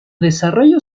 desarrollo